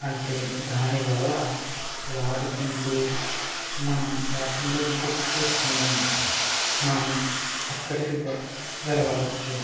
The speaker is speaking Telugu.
అంటే దాని వల్ల వాడుకుంటూ మనం వాటిల్లో బుక్ చేసుకొని మనం అక్కడికి వెళ్ళవచ్చు